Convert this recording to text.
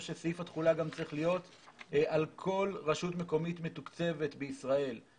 שסעיף התחולה צריך להיות על כל רשות מקומית מתוקצבת בישראל.